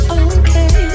okay